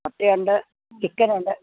മുട്ട ഉണ്ട് ചിക്കൻ ഉണ്ട്